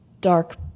dark